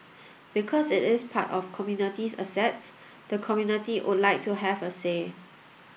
because it is part of community's assets the community would like to have a say